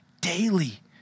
daily